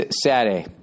Saturday